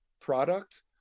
product